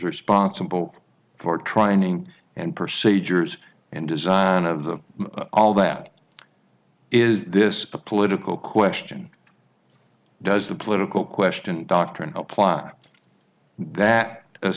responsible for trying and proceed yours and design of the all that is this a political question does the political question doctrine apply that as